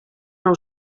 nou